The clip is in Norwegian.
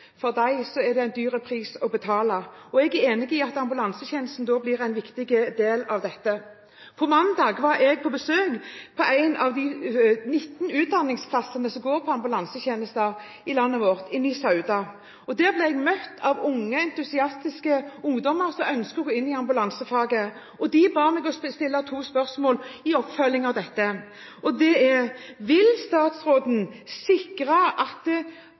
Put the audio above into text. er det en høy pris å betale. Jeg er enig i at ambulansetjenesten da blir en viktig del av dette. På mandag var jeg på besøk på et av de 19 utdanningsstedene for ambulansetjenester i landet vårt, i Sauda. Der ble jeg møtt av unge, entusiastiske ungdommer som ønsker å gå inn i ambulansefaget. De ba meg om å stille to spørsmål i oppfølgingen av dette. Det ene er: Vil statsråden sikre at